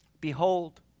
Behold